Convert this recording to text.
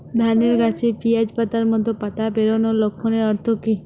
ধানের গাছে পিয়াজ পাতার মতো পাতা বেরোনোর লক্ষণের অর্থ কী?